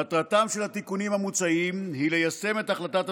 מטרתם של התיקונים המוצעים היא ליישם את החלטת הממשלה.